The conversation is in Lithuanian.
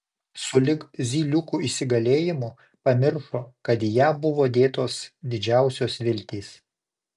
sulig zyliukų įsigalėjimu pamiršo kad į ją buvo dėtos didžiausios viltys